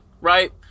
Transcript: right